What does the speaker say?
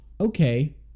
okay